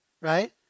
right